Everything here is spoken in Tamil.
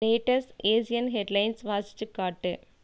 லேட்டஸ்ட் ஏஷியன் ஹெட்லைன்ஸ் வாசிச்சுக் காட்டு